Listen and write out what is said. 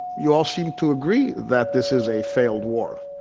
you all seem to agree that this is a failed war.